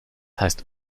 heißt